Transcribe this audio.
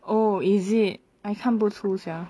oh is it I 看不出 sia